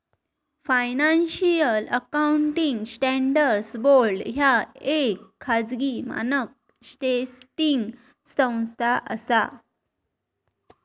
financial accounting standards board ह्या येक खाजगी मानक सेटिंग संस्था असा